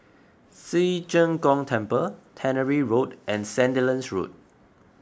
Ci Zheng Gong Temple Tannery Road and Sandilands Road